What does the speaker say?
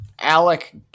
Alec